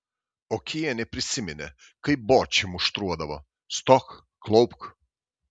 okienė prisiminė kaip bočį muštruodavo stok klaupk